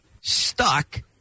Stuck